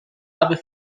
other